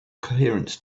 coherence